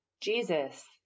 Jesus